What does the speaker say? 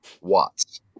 Watts